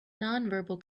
nonverbal